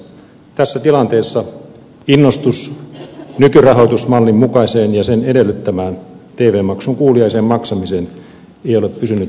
tässä tilanteessa innostus nykyrahoitusmallin mukaiseen ja sen edellyttämään tv maksun kuuliaiseen maksamiseen ei ole pysynyt parhaimmalla tasolla